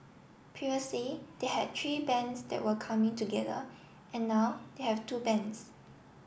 previously they had three bands that were coming together and now they have two bands